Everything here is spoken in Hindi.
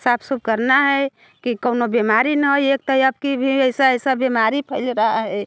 साफ़ सूफ़ करना है कि कौनु बेमारी ना हो एक तो आपकी भी ऐसी ऐसी बीमारी फैल रही है